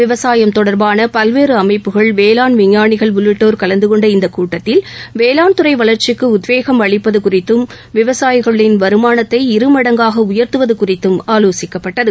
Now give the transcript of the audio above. விவசாயம் தொடர்பான பல்வேறு அமைப்புகள் வேளாண் விஞ்ஞானிகள் உள்ளிட்டோர் கலந்தகொண்ட இந்த கூட்டத்தில் வேளாண் துறை வளர்ச்சிக்கு உத்வேகம் அளிப்பது குறித்தும் விவசாயிகளின் வருமானத்தை இருமடங்காக உயர்த்துவது குறித்தும் ஆலோசிக்கப்பட்டது